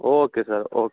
okay sir okay